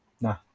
Nah